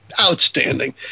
Outstanding